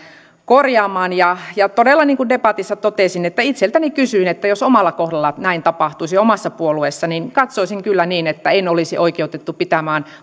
korjaamaan todella niin kuin debatissa totesin itseltäni kysyin että entä jos omalla kohdallani näin tapahtuisi omassa puolueessa ja katsoisin kyllä niin että en olisi oikeutettu pitämään